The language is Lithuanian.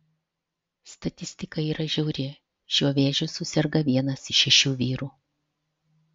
statistika yra žiauri šiuo vėžiu suserga vienas iš šešių vyrų